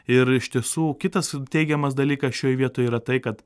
ir iš tiesų kitas teigiamas dalykas šioj vietoj yra tai kad